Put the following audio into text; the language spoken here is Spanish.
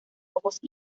ojos